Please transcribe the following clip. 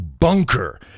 bunker